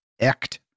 act